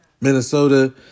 Minnesota